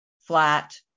flat